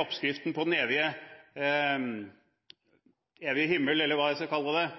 oppskriften på den evige himmel – eller hva jeg skal kalle det